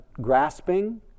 grasping